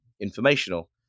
informational